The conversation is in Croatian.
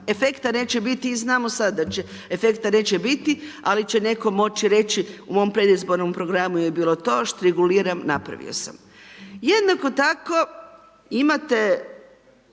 Efekta neće biti i znamo sad da efekta neće biti ali će netko moći reći u mom predizbornom programu je bilo to, štriguliram, napravio sam. Jednako tako imate